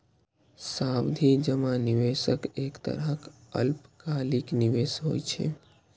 सावधि जमा निवेशक एक तरहक अल्पकालिक निवेश होइ छै